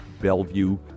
Bellevue